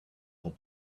had